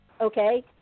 okay